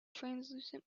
translucent